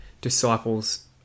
disciples